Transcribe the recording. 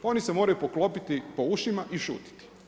Oni se moraju poklopiti po ušima i šutiti.